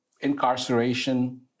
incarceration